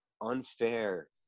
unfair